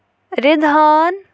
رِدہان